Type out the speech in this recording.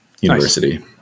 university